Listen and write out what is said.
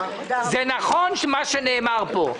זה נכון מה שנאמר פה,